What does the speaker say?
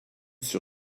sur